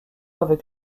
avec